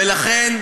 ולכן,